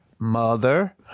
mother